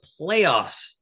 playoffs